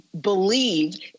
believe